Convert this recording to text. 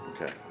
Okay